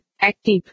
Active